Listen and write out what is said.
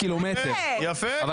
אתה